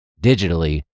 digitally